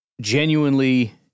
genuinely